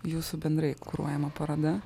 jūsų bendrai kuruojama paroda